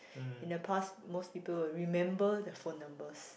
in the past most people will remember the phone numbers